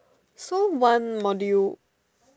so one module